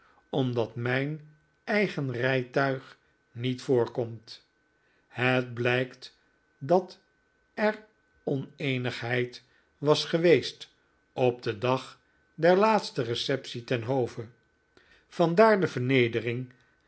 omdat mijn eigen rijtuig niet voorkomt het blijkt dat er oneenigheid was geweest op den dag der laatste receptie ten hove vandaar de vernedering